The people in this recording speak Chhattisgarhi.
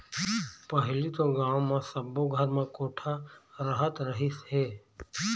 पहिली तो गाँव म सब्बो घर म कोठा रहत रहिस हे